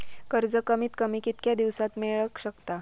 कर्ज कमीत कमी कितक्या दिवसात मेलक शकता?